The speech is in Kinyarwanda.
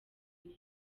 neza